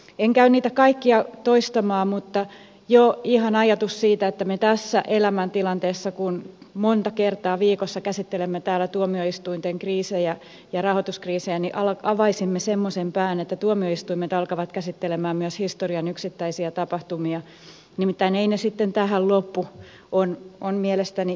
en käy niitä kaikkia toistamaan mutta jo ihan ajatus siitä että me tässä elämäntilanteessa kun monta kertaa viikossa käsittelemme täällä tuomioistuinten kriisejä ja rahoituskriisejä avaisimme semmoisen pään että tuomioistuimet alkavat käsitellä myös historian yksittäisiä tapahtumia nimittäin eivät ne sitten tähän lopu on mielestäni kyseenalainen